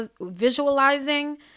visualizing